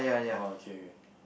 orh okay okay